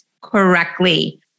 correctly